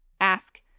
Ask